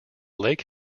lake